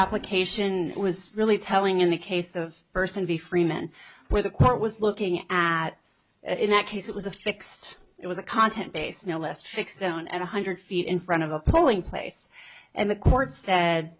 application was really telling in the case of person the freemen where the court was looking at in that case it was a fixed it was a content base no less fixed down at one hundred feet in front of a polling place and the court said